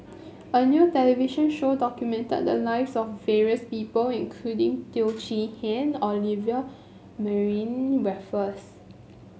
a new television show documented the lives of various people including Teo Chee Hean Olivia Mariamne Raffles